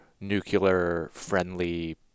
nuclear-friendly